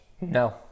no